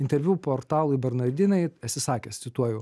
interviu portalui bernardinai esi sakęs cituoju